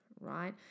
Right